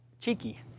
Cheeky